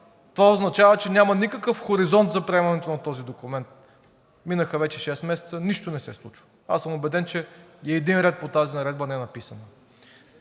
Това означава, че няма никакъв хоризонт за приемането на този документ. Минаха вече шест месеца, нищо не се случва. Аз съм убеден, че и един ред по тази наредба не е написан.